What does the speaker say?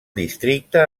districte